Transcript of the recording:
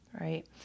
right